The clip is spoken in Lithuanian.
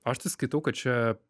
aš tai skaitau kad čia